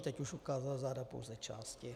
Teď už ukázal záda pouze části.